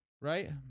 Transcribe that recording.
right